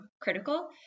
critical